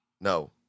No